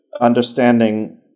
understanding